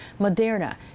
Moderna